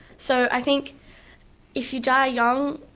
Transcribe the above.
so i think if you die young,